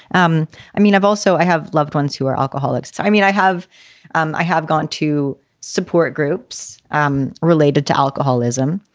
um i mean, i've also i have loved ones who are alcoholics. i mean, i have um i have gone to support groups um related to alcoholism